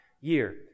year